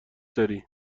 داری